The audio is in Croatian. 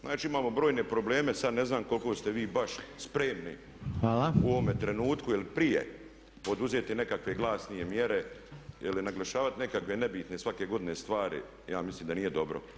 Znači imamo brojne probleme sada ne znam koliko ste vi baš spremni u ovome trenutku ili prije poduzeti nekakve glasnije mjere ili naglašavati nekakve nebitne svake godine stvari, ja mislim da nije dobro.